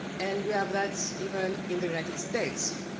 and we have that even in the united states.